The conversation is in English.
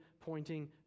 pointing